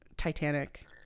Titanic